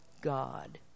God